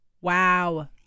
Wow